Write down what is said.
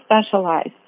specialized